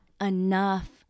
enough